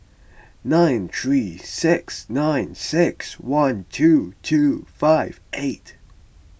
nine three six nine six one two two five eight